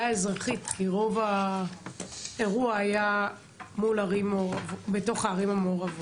האזרחית כי רוב האירוע היה בתוך הערים המעורבות.